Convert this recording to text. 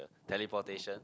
teleportation